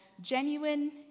genuine